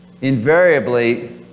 Invariably